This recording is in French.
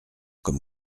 comme